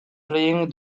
playing